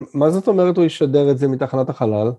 מה זאת אומרת הוא ישדר את זה מתחנת החלל?